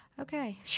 Okay